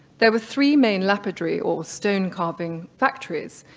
there were three main lapidary, or stone carving factories,